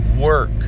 work